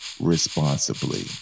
responsibly